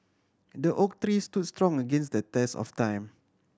the oak tree stood strong against the test of time